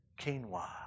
quinoa